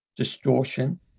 distortion